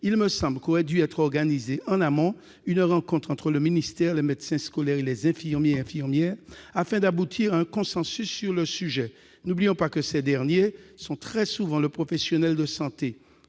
il me semble qu'aurait dû être organisée en amont une rencontre entre le ministère, les médecins scolaires et les infirmiers et infirmières scolaires, afin d'aboutir à un consensus sur le sujet. N'oublions pas que ces derniers sont très souvent le professionnel de santé